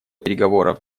переговоров